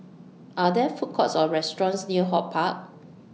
Are There Food Courts Or restaurants near HortPark